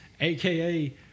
aka